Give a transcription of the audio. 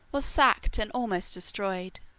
was sacked and almost destroyed